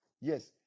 Yes